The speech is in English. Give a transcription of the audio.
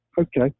Okay